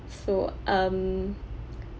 so um